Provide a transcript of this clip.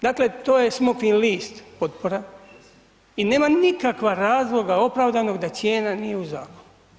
Dakle to je smokvin list potpora i nema nikakva razloga opravdanog da cijena nije u zakonu.